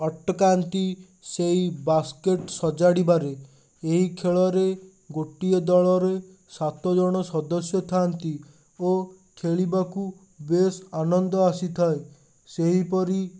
ଅଟକାନ୍ତି ସେଇ ବାସ୍କେଟ୍ ସଜାଡ଼ିବାରେ ଏଇ ଖେଳରେ ଗୋଟିଏ ଦଳରେ ସାତ ଜଣ ସଦସ୍ୟ ଥାଆନ୍ତି ଓ ଖେଳିବାକୁ ବେଶ୍ ଆନନ୍ଦ ଆସିଥାଏ ସେହିପରି